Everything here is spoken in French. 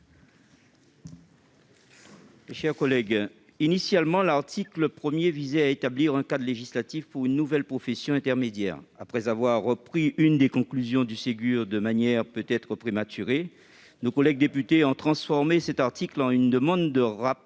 Théophile. Initialement, l'article 1 visait à établir un cadre législatif pour une nouvelle profession intermédiaire. Après avoir repris l'une des conclusions du Ségur de manière peut-être prématurée, nos collègues députés ont transformé cet article en une demande de rapport,